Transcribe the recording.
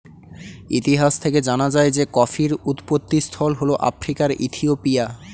ইতিহাস থেকে জানা যায় যে কফির উৎপত্তিস্থল হল আফ্রিকার ইথিওপিয়া